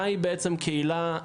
מהי בעצם קהילה,